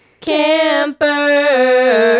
Camper